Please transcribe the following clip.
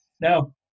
Now